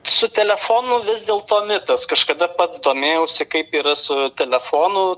su telefonu vis dėlto mitas kažkada pats domėjausi kaip yra su telefonu